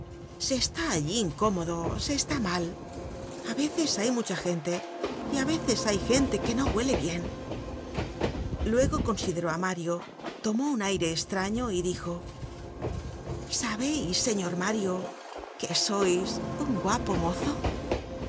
se está allí incómodo se está mal a veces hay mucha gente y á veces hay gente que no huele bien luego consideró á mario tomó un aire estraño y dijo sabeis señor mario que sois un guapo mozo